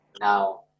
now